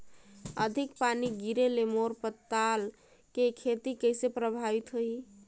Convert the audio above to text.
अधिक पानी गिरे ले मोर पताल के खेती कइसे प्रभावित होही?